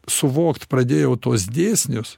suvokt pradėjau tuos dėsnius